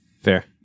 Fair